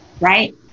right